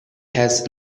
has